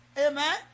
Amen